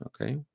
Okay